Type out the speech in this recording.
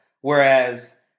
whereas